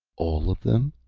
all of them?